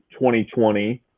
2020